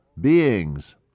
beings